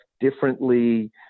differently